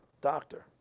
doctor